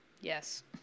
Yes